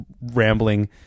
rambling